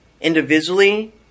individually